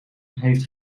heeft